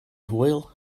hwyl